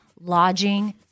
lodging